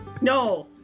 No